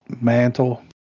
mantle